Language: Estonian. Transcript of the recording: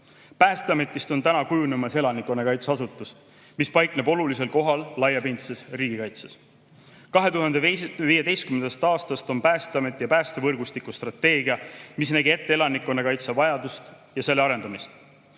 Päästeamet. Päästeametist on täna kujunemas elanikkonnakaitseasutus, mis paikneb olulisel kohal laiapindses riigikaitses. 2015. aastast on Päästeametil ja päästevõrgustikul strateegia, mis nägi ette elanikkonnakaitsevajadust ja selle arendamist.